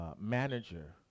manager